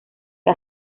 que